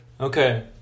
Okay